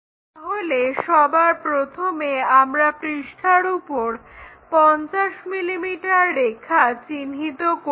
তাহলে সবার প্রথমে আমরা পৃষ্ঠার উপর 50 mm রেখা চিহ্নিত করি